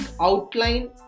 outline